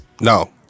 No